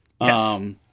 Yes